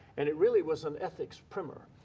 and it really was an ethics primer.